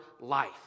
life